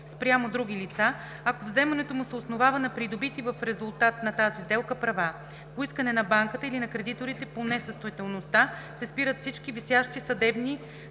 спрямо други лица, ако вземането му се основава на придобити в резултат на тази сделка права. По искане на банката или на кредиторите по несъстоятелността се спират всички висящи съдебни,